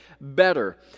better